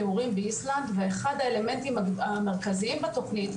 'נעורים באיסלנד' ואחד האלמנטים המרכזיים בתוכנית,